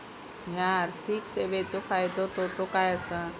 हया आर्थिक सेवेंचो फायदो तोटो काय आसा?